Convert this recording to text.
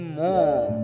more